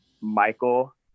michael